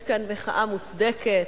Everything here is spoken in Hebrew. יש כאן מחאה מוצדקת.